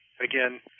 again